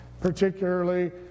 particularly